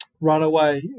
runaway